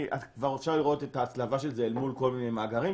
אפשר לראות את ההצלבה של זה מול כל מיני מאגרים.